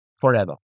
forever